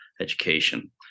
education